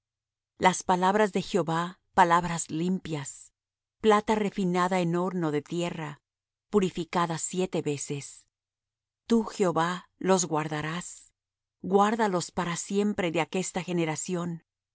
las palabras de jehová palabras limpias plata refinada en horno de tierra purificada siete veces tú jehová los guardarás guárdalos para siempre de aquesta generación cercando andan los